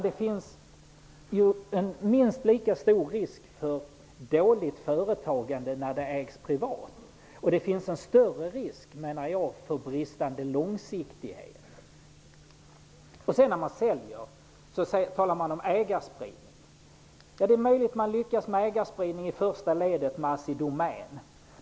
Det finns en minst lika stor risk för dåligt företagande när det sköts privat som när det sköts statligt, och det finns en större risk för bristande långsiktighet. När man säljer talar man om ägarspridning. Det är möjligt att man lyckas med ägarspridning i första ledet med Assidomän.